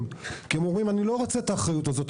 כי הם אומרים: אני לא רוצה את האחריות הזאת.